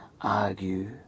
argue